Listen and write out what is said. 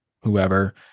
whoever